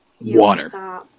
water